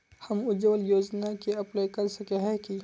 हम उज्वल योजना के अप्लाई कर सके है की?